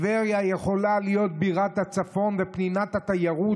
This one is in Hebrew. טבריה יכולה להיות בירת הצפון ופנינת התיירות,